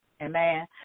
Amen